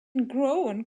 grown